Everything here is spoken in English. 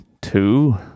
Two